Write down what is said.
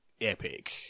epic